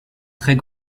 très